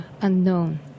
unknown